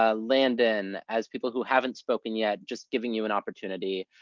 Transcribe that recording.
ah landon, as people who haven't spoken yet, just giving you an opportunity.